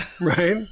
Right